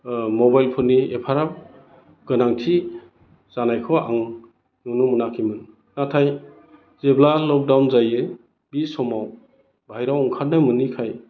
मबाइलफोरनि एफाराब गोनांथि जानायखौ आं नुनो मोनाखैमोन नाथाय जेब्ला लकडाउन जायो बि समाव बाहेरायाव ओंखारनो मोनैखाय